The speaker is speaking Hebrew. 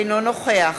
אינו נוכח